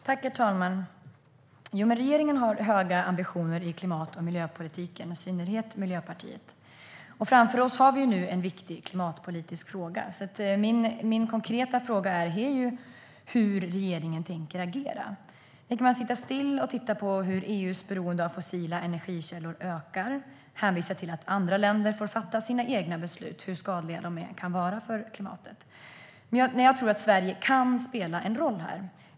Herr talman! Men regeringen har höga ambitioner i klimat och miljöpolitiken, i synnerhet Miljöpartiet. Framför oss har vi en viktig klimatpolitisk fråga. Min konkreta fråga är: Hur tänker regeringen agera i EU? Tänker man sitta still och titta på hur EU:s beroende av fossila energikällor ökar och hänvisa till att andra länder får fatta sina egna beslut, hur skadliga de än kan vara för klimatet? Jag tror att Sverige kan spela en roll här.